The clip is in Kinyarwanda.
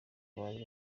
bari